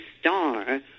star